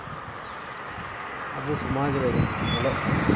ᱟᱵᱚ ᱥᱚᱢᱟᱡᱽ ᱨᱮ ᱡᱟᱦᱟᱸ ᱧᱮᱞᱚᱜ ᱠᱟᱱᱟ